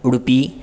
Udupi